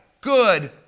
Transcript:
good